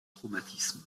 traumatisme